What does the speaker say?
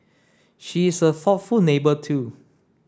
she is a thoughtful neighbour too